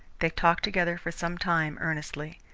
they talked together for some time, earnestly.